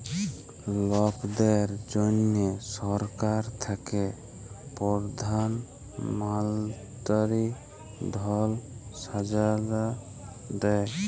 লকদের জ্যনহে সরকার থ্যাকে পরধাল মলতিরি ধল যোজলা দেই